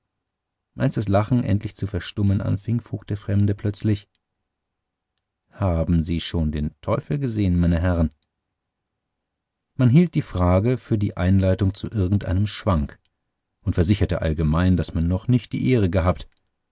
als das lachen endlich zu verstummen anfing frug der fremde plötzlich haben sie schon den teufel gesehen meine herren man hielt die frage für die einleitung zu irgendeinem schwank und versicherte allgemein daß man noch nicht die ehre gehabt